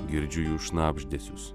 girdžiu jų šnabždesius